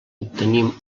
obtenim